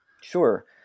Sure